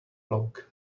bloke